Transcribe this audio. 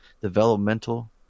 developmental